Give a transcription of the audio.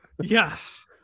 Yes